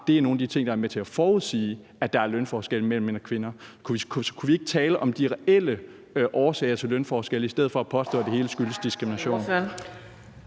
det er nogle af de ting, der er med til at forudsige, at der er lønforskelle mellem mænd og kvinder. Kunne vi ikke tale om de reelle årsager til lønforskelle i stedet for at påstå, at det hele skyldes diskrimination?